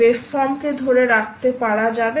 waveform কে ধরে রাখতে পারা যাবে